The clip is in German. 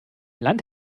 land